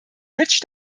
rich